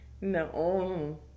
No